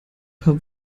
paar